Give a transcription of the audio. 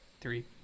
Three